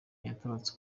yaratabarutse